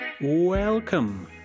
Welcome